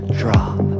drop